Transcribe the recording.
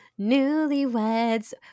newlyweds